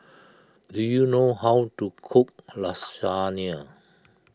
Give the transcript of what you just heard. do you know how to cook Lasagne